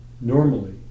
normally